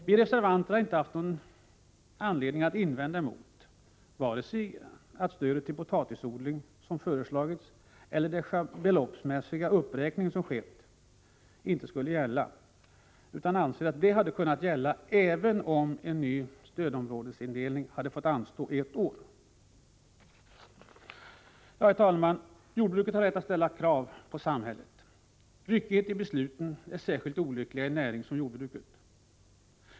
Vi reservanter har inte haft anledning att göra några invändningar vare sig mot det föreslagna stödet till potatisodling eller mot den beloppsmässiga uppräkningen. Vi anser att detta hade kunnat gälla även om den gamla stödområdesindelningen fått vara i kraft ytterligare ett år. Herr talman! Jordbruket har rätt att ställa krav på samhället. Ryckighet i besluten är särskilt olycklig i en näring som jordbruket.